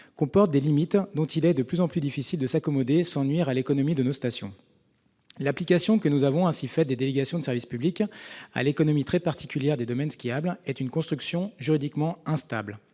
comporte des limites dont il est de plus en plus difficile de s'accommoder sans nuire à l'économie de nos stations. L'application que nous avons ainsi faite des délégations de service public à l'économie très particulière des domaines skiables est une construction juridiquement instable,